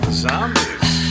zombies